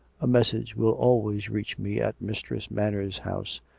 a message will always reach me at mistress manners' house,